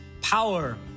Power